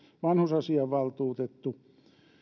vanhusasiavaltuutettu